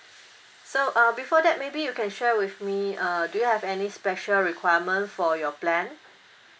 so uh before that maybe you can share with me err do you have any special requirement for your plan